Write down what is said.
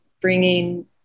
bringing